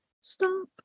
stop